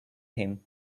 him